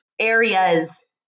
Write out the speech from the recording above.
areas